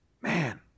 man